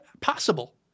possible